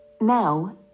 Now